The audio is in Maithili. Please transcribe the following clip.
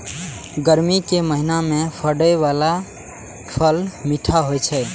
गर्मी के महीना मे फड़ै बला फल ठंढा होइ छै